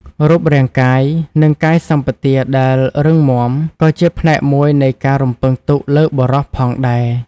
រូបរាងកាយ និងកាយសម្បទាដែលរឹងមាំ ក៏ជាផ្នែកមួយនៃការរំពឹងទុកលើបុរសផងដែរ។